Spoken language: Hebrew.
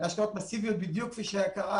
כדי שתמשוך